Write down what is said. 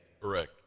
Correct